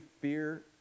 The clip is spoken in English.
fear